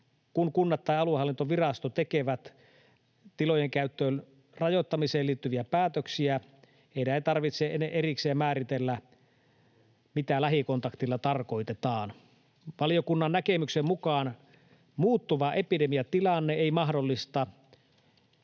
kun kunnat ja aluehallintovirasto tekevät tilojen käytön rajoittamiseen liittyviä päätöksiä, heidän ei tarvitse erikseen määritellä, mitä lähikontaktilla tarkoitetaan. Valiokunnan näkemyksen mukaan muuttuva epidemiatilanne ei mahdollista,